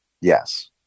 Yes